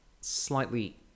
slightly